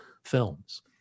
films